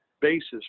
basis